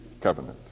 covenant